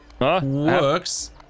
works